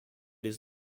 his